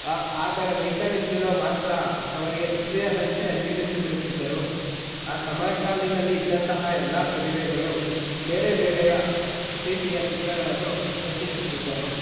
ಆದರೆ ಮೈಕಲೆಂಜಲೊ ಮಾತ್ರ ಅವರಿಗೆ ತೃಪ್ತಿಯಾದಂತೆ ನಿಲ್ಲಿಸಿಬಿಡುತ್ತಿದ್ದರು ಆ ಸಮಕಾಲಿನಲ್ಲಿ ಇದ್ದಂತಹ ಎಲ್ಲ ಪ್ರತಿಭೆಗಳು ಬೇರೆ ಬೇರೆಯ ರೀತಿಯ ಚಿತ್ರಗಳನ್ನು ರಚಿಸುತ್ತಿದ್ದರು